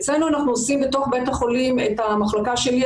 אצלנו בתוך בית החולים במחלקה שלי,